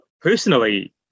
personally